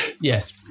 Yes